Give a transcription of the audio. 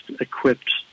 equipped